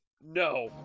No